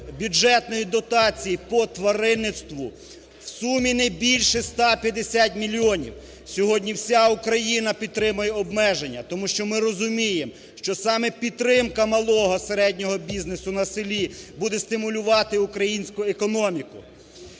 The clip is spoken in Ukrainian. бюджетної дотації по тваринництву, в сумі не більше 150 мільйонів. Сьогодні вся Україна підтримує обмеження, тому що ми розуміємо, що саме підтримка малого, середнього бізнесу на селі буде стимулювати українську економіку,